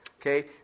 Okay